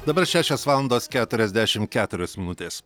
dabar šešios valandos keturiasdešimt keturios minutės